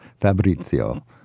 Fabrizio